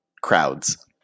crowds